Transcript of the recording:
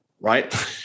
Right